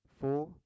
four